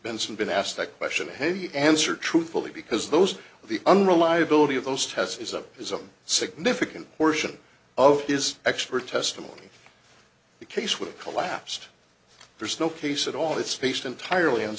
benson been asked that question hey answer truthfully because those were the unreliability of those tests is a is a significant portion of his expert testimony the case with a collapsed there's no case at all it's based entirely